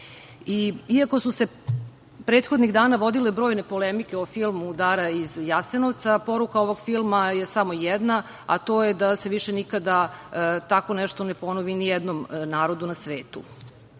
su se prethodnih dana vodile brojne polemike o filmu „Dara iz Jasenovca“, poruka ovog filma je samo jedna, a to je da se više nikada tako nešto ne ponovi ni jednom narodu na svetu. Sada